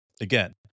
again